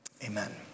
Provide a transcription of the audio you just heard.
Amen